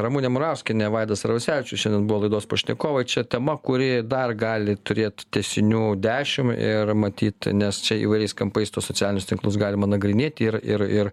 ramunė murauskienė vaidas arvasevičius šiandien buvo laidos pašnekovai čia tema kuri dar gali turėt tęsinių dešim ir matyt nes čia įvairiais kampais tuos socialinius tinklus galima nagrinėti ir ir ir